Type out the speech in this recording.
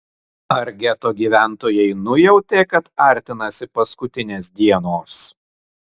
ar geto gyventojai nujautė kad artinasi paskutinės dienos